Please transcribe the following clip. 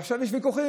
ועכשיו יש ויכוחים,